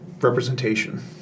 representation